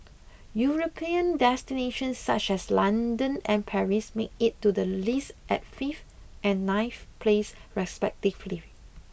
European destinations such as London and Paris made it to the list at fifth and ninth place respectively